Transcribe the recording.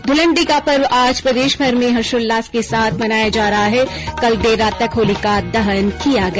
धुलंडी का पर्व आज प्रदेशभर में हर्षोल्लास के साथ मनाया जा रहा है कल देर रात तक होलिका दहन किया गया